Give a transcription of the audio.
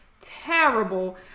terrible